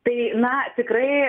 tai na tikrai